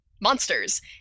monsters